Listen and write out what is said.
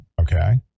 okay